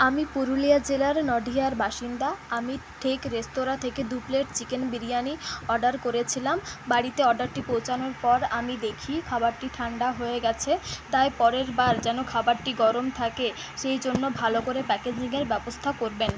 আমি পুরুলিয়া জেলার নডিয়ার বাসিন্দা আমি ঠেক রেস্তোরাঁ থেকে দু প্লেট চিকেন বিরিয়ানি অর্ডার করেছিলাম বাড়িতে অর্ডারটি পৌঁছানোর পর আমি দেখি খাবারটি ঠান্ডা হয়ে গেছে তাই পরের বার যেন খাবারটি গরম থাকে সেইজন্য ভালো করে প্যাকেজিংয়ের ব্যবস্থা করবেন